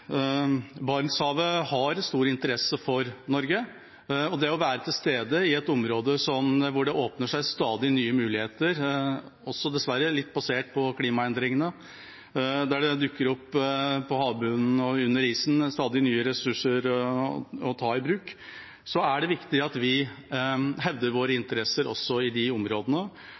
Barentshavet er av stor interesse for Norge – det å være til stede i et område hvor det åpner seg stadig nye muligheter, dessverre også litt basert på klimaendringene, der det dukker opp på havbunnen og under isen stadig nye ressurser å ta i bruk. Det er viktig at vi hevder våre interesser også i de områdene,